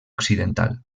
occidental